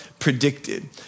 Predicted